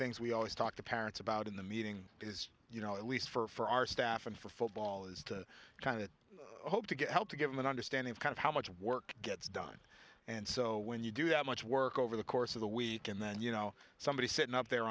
things we always talk to parents about in the meeting is you know at least for our staff and for football is to kind of hope to get help to give them an understanding of kind of how much work gets done and so when you do that much work over the course of the week and then you know somebody sitting up there